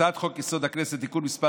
הצעת חוק-יסוד: הכנסת (תיקון מס'